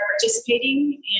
participating